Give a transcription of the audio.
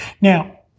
Now